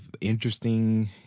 interesting